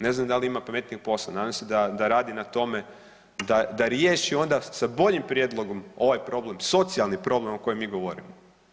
Ne znam da li ima pametnijeg posla, nadam se da radi na tome da riješi onda sa boljim prijedlogom ovaj problem, socijalni problem o kojem mi govorimo.